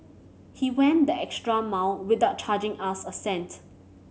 he went the extra mile without charging us a cent